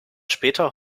später